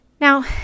Now